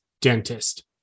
dentist